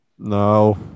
No